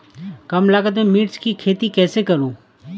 कम लागत में मिर्च की खेती कैसे करूँ?